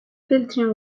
flirting